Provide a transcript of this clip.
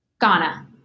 Ghana